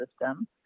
system